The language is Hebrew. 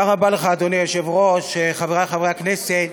תודה רבה לך, אדוני היושב-ראש, חברי חברי הכנסת.